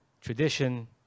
tradition